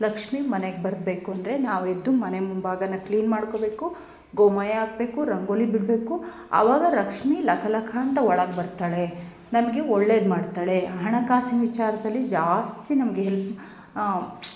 ಲಕ್ಷ್ಮೀ ಮನೆಗೆ ಬರ್ಬೇಕಂದ್ರೆ ನಾವು ಎದ್ದು ಮನೆ ಮುಂಭಾಗನ ಕ್ಲೀನ್ ಮಾಡಿಕೋಬೇಕು ಗೋಮಯ ಹಾಕ್ಬೇಕು ರಂಗೋಲಿ ಬಿಡಬೇಕು ಅವಾಗ ಲಕ್ಷ್ಮೀ ಲಕಲಕ ಅಂತ ಒಳಗೆ ಬರ್ತಾಳೆ ನಮಗೆ ಒಳ್ಳೇದು ಮಾಡ್ತಾಳೆ ಹಣಕಾಸಿನ ವಿಚಾರದಲ್ಲಿ ಜಾಸ್ತಿ ನಮಗೆ ಹೆಲ್ಪ್